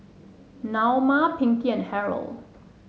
Naoma Pinkie and Harrell